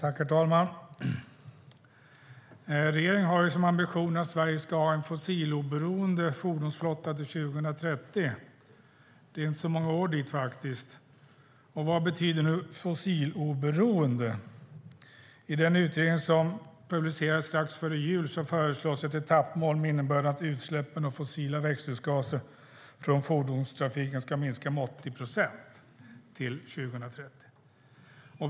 Herr talman! Regeringen har som ambition att Sverige ska ha en fossiloberoende fordonsflotta till 2030. Det är inte många år dit. Vad betyder fossiloberoende? I den utredning som publicerades strax före jul föreslås ett etappmål med innebörden att utsläppen av fossila växthusgaser från fordonstrafiken ska minska med 80 procent till 2030.